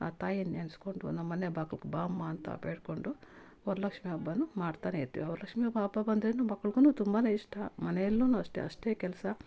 ಆ ತಾಯಿನ ನೆನಸ್ಕೊಂಡು ನಮ್ಮಮನೆ ಬಾಗ್ಲಿಗ್ ಬಾ ಅಮ್ಮ ಅಂತ ಬೇಡಿಕೊಂಡು ವರಲಕ್ಷ್ಮಿ ಹಬ್ಬ ಮಾಡ್ತಾನೆ ಇರ್ತೇವೆ ಆ ವರಲಕ್ಷ್ಮಿ ಹಬ್ಬ ಹಬ್ಬ ಬಂದ್ರೇ ಮಕ್ಳುಗೂ ತುಂಬಾ ಇಷ್ಟ ಮನೇಯಲ್ಲು ಅಷ್ಟೆ ಅಷ್ಟೇ ಕೆಲಸ